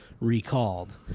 recalled